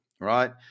right